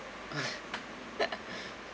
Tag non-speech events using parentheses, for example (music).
(laughs)